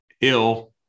ill